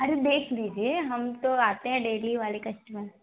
अरे देख लीजिए हम तो आते हैं डेली वाले कस्टमर